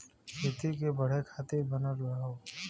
खेती के बढ़े खातिर बनल हौ